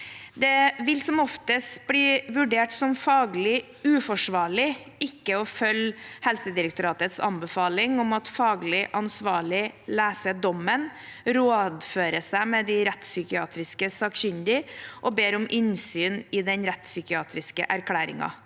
Det vil som oftest bli vurdert som faglig uforsvarlig ikke å følge Helsedirektoratets anbefaling om at faglig ansvarlig leser dommen, rådfører seg med de rettspsykiatrisk sakkyndige og ber om innsyn i den rettspsykiatriske erklæringen.